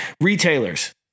retailers